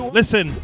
Listen